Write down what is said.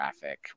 traffic